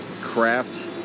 craft